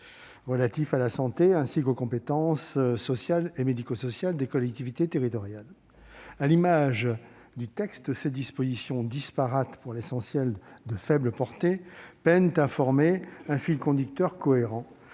relatifs à la santé ainsi qu'aux compétences sociales et médico-sociales des collectivités territoriales. À l'image du texte, ces dispositions disparates, pour l'essentiel de faible portée, peinent à former un fil conducteur cohérent